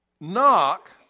knock